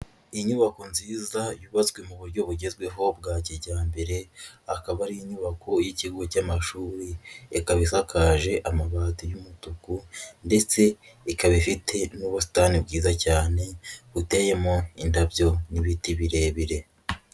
Inyubako nziza yubatswe mu buryo bugezweho bwa kijyambere, akaba ari inyubako y'ikigo cy'amashuri, ikaba isakaje amabati y'umutuku ndetse ikaba ifite n'ubusitani bwiza cyane buteyemo indabyo n'ibiti birebire.